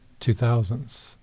2000s